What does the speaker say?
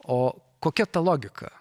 o kokia ta logika